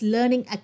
Learning